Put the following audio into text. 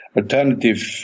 alternative